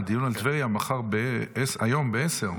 אגב, הדיון על טבריה היום ב-10:00.